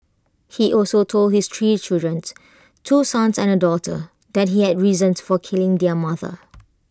he also told his three children two sons and A daughter that he had reasons for killing their mother